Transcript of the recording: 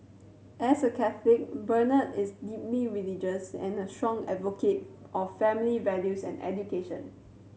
as a Catholic Bernard is deeply religious and a strong advocate of family values and education